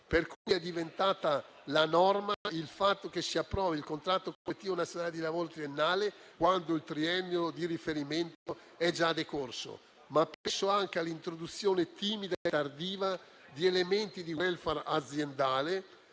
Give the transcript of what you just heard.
per cui è diventata la norma il fatto che si approvi il contratto collettivo nazionale di lavoro triennale quando il triennio di riferimento è già decorso, ma penso anche all'introduzione timida e tardiva di elementi di *welfare* aziendale